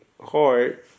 hard